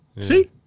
See